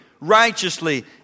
righteously